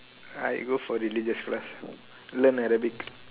I go for religious class learn arabic